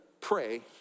pray